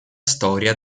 storia